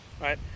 Right